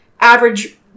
average